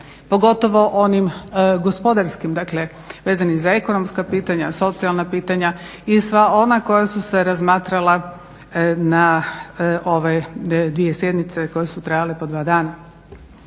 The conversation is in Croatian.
pogotovo onim gospodarskim, dakle vezani za ekonomska pitanja, socijalna pitanja i sva ona koja su se razmatrala na ove dvije sjednice koje su trajale po dva dana.